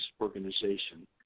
organization